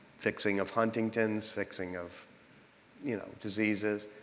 fixing of huntington's, fixing of you know, diseases.